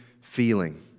feeling